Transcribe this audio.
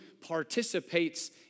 participates